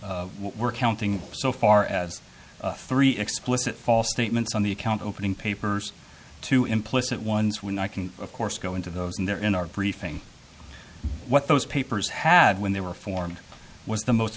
what we're counting so far as three explicit false statements on the account opening papers to implicit ones when i can of course go into those in there in our briefing what those papers had when they were formed was the most